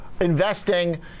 investing